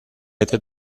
hätte